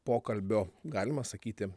pokalbio galima sakyti